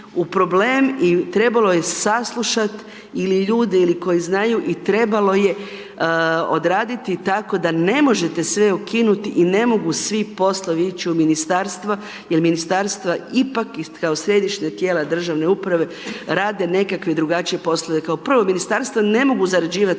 u problem i trebalo je saslušati ili ljude ili koji znaju i trebalo je odraditi tako da ne možete sve ukinuti i ne mogu svi poslovi ići u ministarstva jer ministarstva ipak i kao središnja tijela državne uprave rade nekakve drugačije poslove. Kao prvo ministarstva ne mogu zarađivati